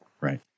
right